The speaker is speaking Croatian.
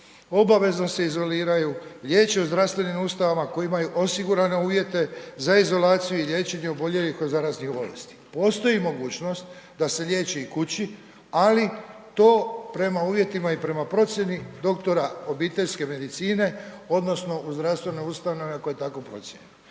obavezno se izoliraju, liječe u zdravstvenim ustanovama ako imaju osigurane uvjete za izolaciju i liječenje oboljelih od zaraznih bolesti. Postoji mogućnost da se liječi i kući, ali to prema uvjetima i prema procjeni doktora obiteljske medicine odnosno u zdravstvenoj ustanovi ako je tako procijenjeno.